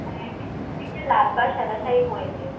হ্যাঁ তুমি একটা লাল পাড় সাদা শাড়ি পরে যেও